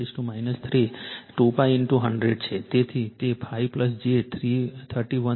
તેથી તે 5 j 31